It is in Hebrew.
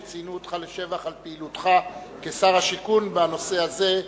שציינו אותך לשבח על פעילותך כשר השיכון בנושא הזה.